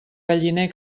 galliner